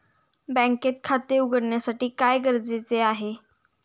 बँकेत खाते उघडण्यासाठी काय गरजेचे आहे?